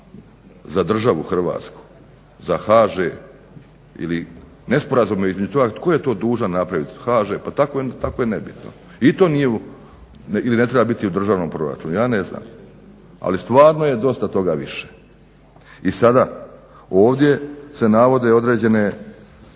za državu Hrvatsku, za HŽ ili nesporazuma između toga tko je to dužan napraviti, HŽ pa tako je nebitno. I to nije ili ne treba biti u državnom proračunu. Ja ne znam ali stvarno je dosta toga više. I sada ovdje se navode određen da